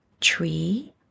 tree